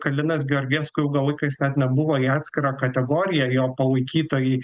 kalinas georgesku ilgą laiką jis net nebuvo į atskirą kategoriją jo palaikytojai